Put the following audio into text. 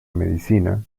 medicina